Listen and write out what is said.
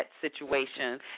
situation